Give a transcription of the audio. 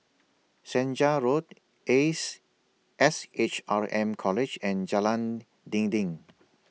Senja Road Ace S H R M College and Jalan Dinding